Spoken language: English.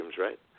right